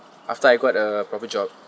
after I got a proper job